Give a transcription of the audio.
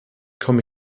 komme